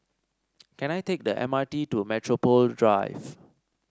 can I take the M R T to Metropole Drive